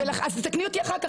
אז תתקני אותי אחר כך.